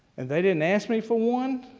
and they didn't ask me for one.